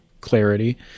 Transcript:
clarity